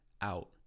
out